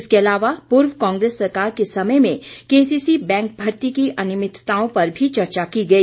इसके अलावा पूर्व कांग्रेस सरकार के समय में केसीसी बैंक भर्ती की अनमियमिताओं पर भी चर्चा की गई